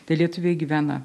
tie lietuviai gyvena